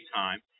time